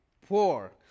poor